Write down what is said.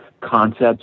concepts